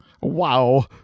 Wow